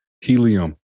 Helium